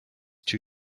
two